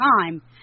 time